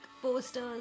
posters